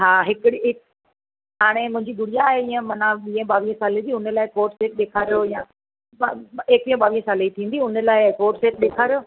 हा हिकिड़ी हिकु हाणे मुंहिंजी गुड़िया आहे हीअं माना वीहें ॿावीहें साल जी हुन लाइ कोर्डसेट ॾेखारियो या ॿा ब एकवीह ॿावीहें साल जी थींदी हुन लाइ कोर्डसेट ॾेखारियो